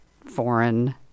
foreign